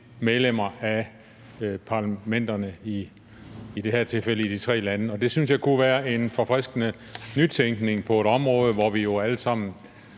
medlemmerne af parlamenterne, i det her tilfælde dem i de tre lande, og det synes jeg kunne være en forfriskende nytænkning på et område, hvor vi jo alle sammen